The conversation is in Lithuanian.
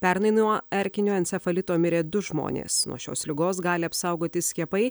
pernai nuo erkinio encefalito mirė du žmonės nuo šios ligos gali apsaugoti skiepai